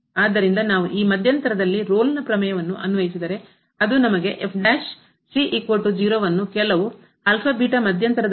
ಆದ್ದರಿಂದ ನಾವು ಈ ಮಧ್ಯಂತರದಲ್ಲಿ ರೋಲ್ನ ಪ್ರಮೇಯ ವನ್ನು ಅನ್ವಯಿಸಿದರೆ ಅದು ನಮಗೆ ಅನ್ನು ನೀಡುತ್ತದೆ